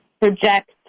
project